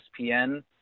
ESPN